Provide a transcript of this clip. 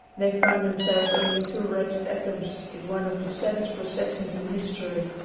they found themselves only two wretched atoms in one of the saddest processions in history,